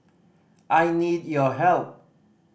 I need your help